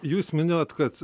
jūs minėjot kad